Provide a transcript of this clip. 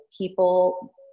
people